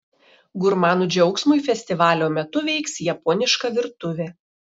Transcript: gurmanų džiaugsmui festivalio metu veiks japoniška virtuvė